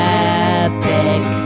epic